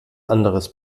anderes